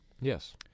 Yes